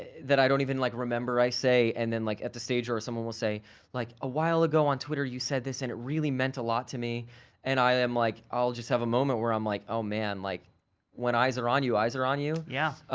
that i don't even like remember i say, and then like at the stage or or someone will say like a while ago on twitter you said this and it really meant a lot to me and i am like, i'll just have a moment where i'm like, oh man, like when eyes are on, you eyes are on you. yeah,